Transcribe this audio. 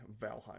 Valheim